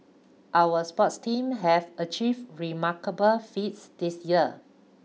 our sports team have achieved remarkable feats this year